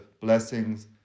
blessings